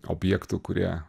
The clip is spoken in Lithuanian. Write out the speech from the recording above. objektų kurie